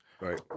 Right